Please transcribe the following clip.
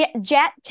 jet